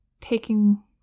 taking